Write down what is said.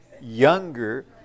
Younger